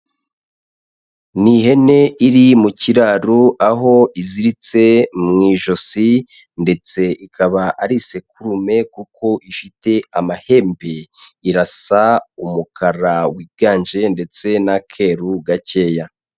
Ni ihene iri mu kiraro, aho iziritse mu ijosi, ndetse ikaba ari isekurume kuko ifite amahembe. Irasa umukara wiganje ndetse n'akeru gakeya.